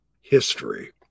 history